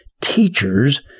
teachers